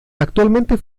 actualmente